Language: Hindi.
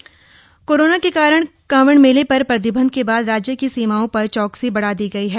कांवड़ चौकसी कोरोना के कारण कांवड़ मेले पर प्रतिबंध के बाद राज्य की सीमाओं पर चैकसी बढ़ा दी गई है